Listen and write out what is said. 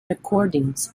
recordings